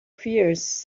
fears